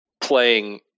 playing